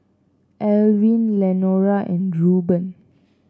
Elwin Lenora and Reuben